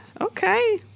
Okay